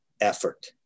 effort